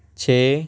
ਛੇ